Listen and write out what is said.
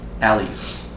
Alleys